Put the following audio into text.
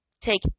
take